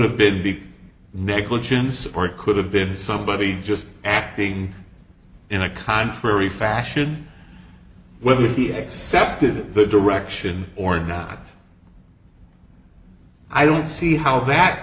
have been be negligence or it could have been somebody just acting in a contrary fashion whether he accepted the direction or not i don't see how